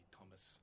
Thomas